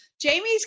Jamie's